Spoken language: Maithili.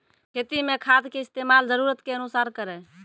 खेती मे खाद के इस्तेमाल जरूरत के अनुसार करऽ